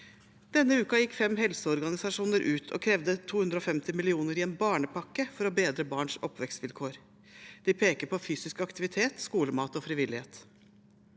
Denne uken gikk fem helseorganisasjoner ut og krevde 250 mill. kr i en barnepakke for å bedre barns oppvekstsvilkår. De peker på fysisk aktivitet, skolemat og frivillighet.